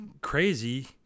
crazy